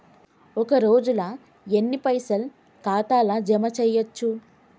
ఒక రోజుల ఎన్ని పైసల్ ఖాతా ల జమ చేయచ్చు?